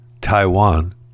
Taiwan